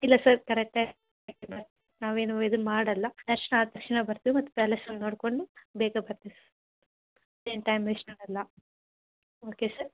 ಇಲ್ಲ ಸರ್ ಕರೆಕ್ಟೇ ನಾವೇನು ಇದನ್ನು ಮಾಡೋಲ್ಲ ದರ್ಶನ ಆದ ತಕ್ಷಣ ಬರ್ತೀವಿ ಮತ್ತು ಪ್ಯಾಲೇಸ್ ಎಲ್ಲ ನೋಡಿಕೊಂಡು ಬೇಗ ಬರ್ತೀವಿ ಸ್ ಏನು ಟೈಮ್ ವೇಸ್ಟ್ ಮಾಡೋಲ್ಲ ಓಕೆ ಸರ್